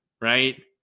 right